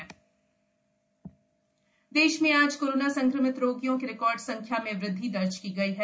देश कोरोना देश में आज कोरोना संक्रमित रोगियों की रिकॉर्ड संख्या में वृद्धि दर्ज की गई है